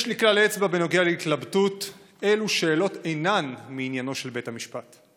יש לי כלל אצבע בנוגע להתלבטות אילו שאלות אינן מעניינו של בית המשפט.